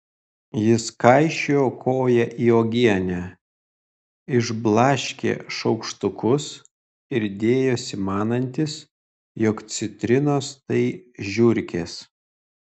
jis kaišiojo koją į uogienę išblaškė šaukštukus ir dėjosi manantis jog citrinos tai žiurkės